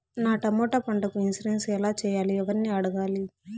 నా టమోటా పంటకు ఇన్సూరెన్సు ఎలా చెయ్యాలి? ఎవర్ని అడగాలి?